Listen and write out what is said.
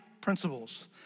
principles